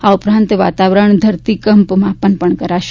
આ ઉપરાંત વાતાવરણ ધરતીકંપ માપન પણ કરાશે